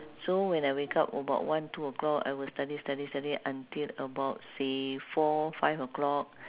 so when I wake up about one two o'clock I will study study study until about say four five o'clock